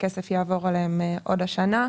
הכסף יעבור אליהם עוד השנה.